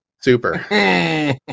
Super